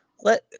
Let